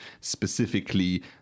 specifically